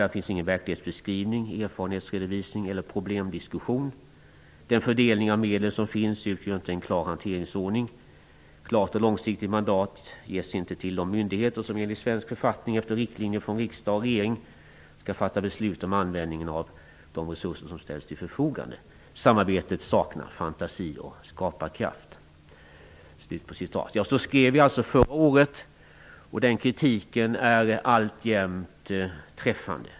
Där finns ingen verklighetsbeskrivning, erfarenhetsredovisning eller problemdiskussion. Den fördelning av medel som finns utgör ej en klar hanteringsordning. Klart och långsiktigt mandat ges ej till de myndigheter som enligt svensk författning efter riktlinjer från riksdag och regering ska fatta beslut om användningen av de resurser som ställs till förfogande. Samarbetet saknar fantasi och skaparkraft.'' Så skrev vi alltså förra året, och den kritiken är alltjämt träffande.